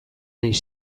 naiz